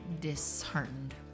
disheartened